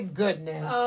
goodness